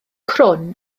crwn